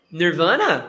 nirvana